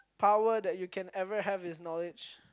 power that you can ever have is knowledge